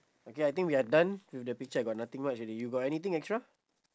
okay I think we're done with the picture I got nothing much already you got anything extra